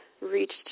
reached